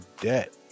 debt